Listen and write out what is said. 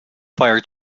fire